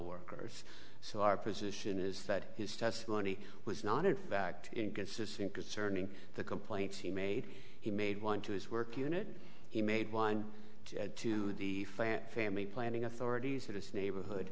coworkers so our position is that his testimony was not in fact inconsistent concerning the complaints he made he made one to his work unit he made one to the fan family planning authorities that his neighborhood